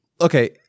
Okay